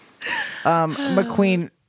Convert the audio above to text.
McQueen